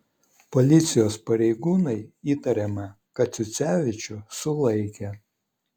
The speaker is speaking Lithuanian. policijos pareigūnai įtariamą kaciucevičių sulaikė